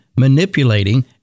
manipulating